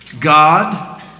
God